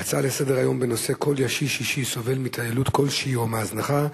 ההצעות לסדר-היום בנושא: כל ישיש שישי סובל מהתעללות כלשהי או מהזנחה,